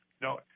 No